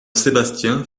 sébastien